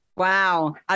Wow